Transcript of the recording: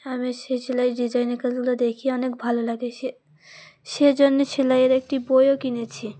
আমি সেই সেলাইয়ের ডিজাইনের কাজগুলো দেখি অনেক ভালো লাগে সে সেই জন্য সেলাইয়ের একটি বইও কিনেছি